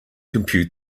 compute